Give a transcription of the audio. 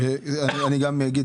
אני גם אגיד,